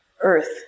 earth